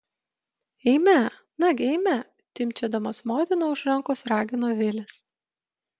eime nagi eime timpčiodamas motiną už rankos ragino vilis